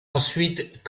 ensuite